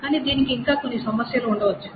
కానీ దీనికి ఇంకా కొన్ని సమస్యలు ఉండవచ్చు